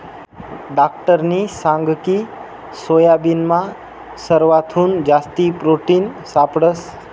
डाक्टरनी सांगकी सोयाबीनमा सरवाथून जास्ती प्रोटिन सापडंस